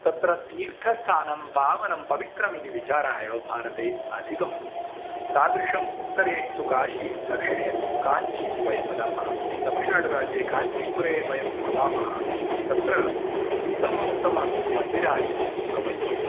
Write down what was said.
तत्र तीर्थस्थानं पावनं पवित्रम् इति विचारः एव भारते अधिकमस्ति तादृशम् उत्तरे तु काशी दक्षिणे तु काञ्चिः इति वयं वदामः तमिळ्नाडुराज्ये काञ्चिपुरे वयं भवामः तत्र उत्तमोत्तमानि मन्दिराणि भवन्ति